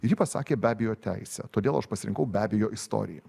ji pasakė be abejo teisę todėl aš pasirinkau be abejo istoriją